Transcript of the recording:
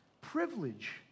privilege